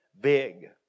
big